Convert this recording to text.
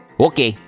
okay,